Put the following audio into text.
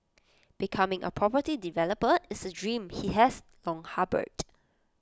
becoming A property developer is A dream he has long harboured